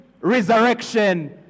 resurrection